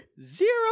Zero